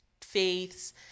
faiths